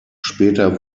später